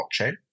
blockchain